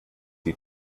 die